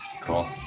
Cool